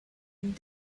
and